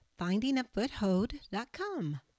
findingafoothold.com